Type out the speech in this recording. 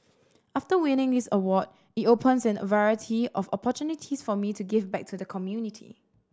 after winning this award it opens a variety of opportunities for me to give back to the community